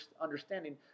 understanding